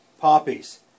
poppies